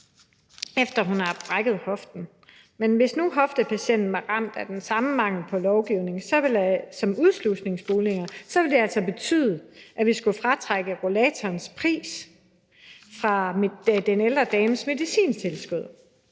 efter at hun har brækket hoften. Men hvis nu hoftepatienten var ramt af den samme mangel på lovgivning, som er tilfældet med udslusningsboliger, ville det altså betyde, at vi skulle fratrække rollatorens pris fra den ældre dames medicintilskud.